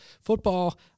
Football